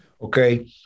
Okay